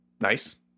nice